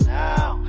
now